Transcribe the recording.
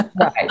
Right